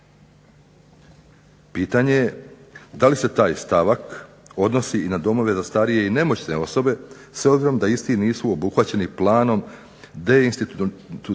Pitanje je da li se taj stavak odnosi i na domove za starije i nemoćne osobe, s obzirom da isti nisu obuhvaćeni planom deinstitucionalizacije